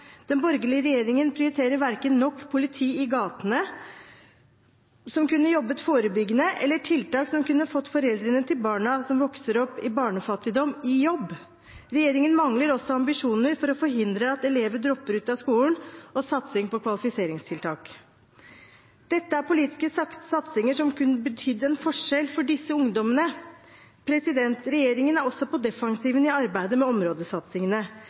Den borgerlige regjeringen prioriterer verken nok politi i gatene, som kunne jobbet forebyggende, eller tiltak som kunne fått foreldrene til barna som vokser opp i barnefattigdom, i jobb. Regjeringen mangler også ambisjoner for å forhindre at elever dropper ut av skolen, og satsing på kvalifiseringstiltak. Dette er politiske satsinger som kunne betydd en forskjell for disse ungdommene. Regjeringen er også på defensiven i arbeidet med områdesatsingene.